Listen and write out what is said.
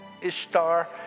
Ishtar